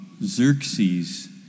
Xerxes